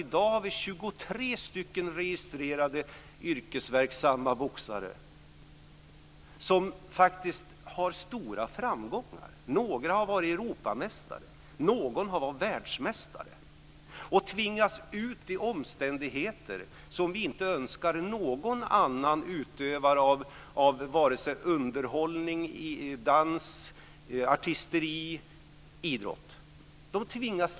I dag har vi ändå 23 registrerade yrkesverksamma boxare som faktiskt har stora framgångar. Några har varit Europamästare och någon har varit världsmästare. De tvingas ut i omständigheter som vi inte önskar att någon annan utövare av underhållning, dans, artisteri eller idrott ska hamna i.